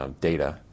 data